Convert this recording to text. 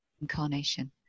incarnation